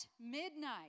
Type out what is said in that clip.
midnight